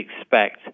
expect